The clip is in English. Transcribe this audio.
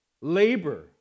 Labor